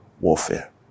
warfare